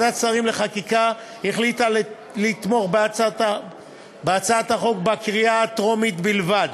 ועדת השרים לחקיקה החליטה לתמוך בהצעת החוק בקריאה הטרומית בלבד.